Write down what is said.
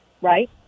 right